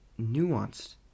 nuanced